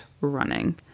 running